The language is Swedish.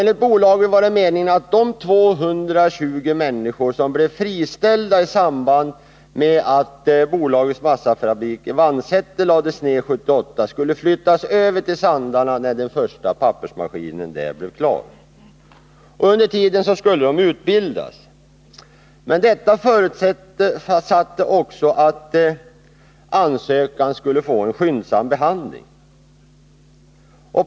Enligt bolaget var det meningen att de 220 människor som blev friställda i samband med att bolagets massafabrik i Vansäter lades ner 1978 skulle flyttas över till Sandarne, när den första pappersmaskinen där blev klar. Under tiden skulle de utbildas. Men detta förutsatte också att bolagets ansökan skulle få en skyndsam behandling.